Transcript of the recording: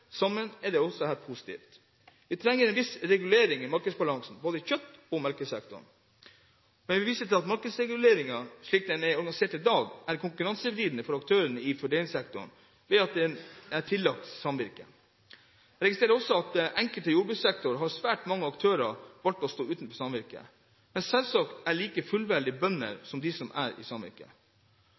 sammen, er dette positivt. Vi trenger en viss regulering i markedsbalansen i både kjøtt- og melkesektoren, men vil vise til at markedsreguleringen, slik den er organisert i dag, er konkurransevridende for aktørene i foredlingssektoren ved at den er tillagt samvirket. Jeg registrerer også at i enkelte jordbrukssektorer har svært mange aktører valgt å stå utenfor samvirket, men at de selvsagt er like fullverdige bønder som de som er i